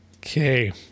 Okay